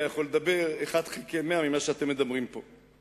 יכול לדבר בו אחת חלקי מאה ממה שאתם מדברים פה.